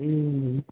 ए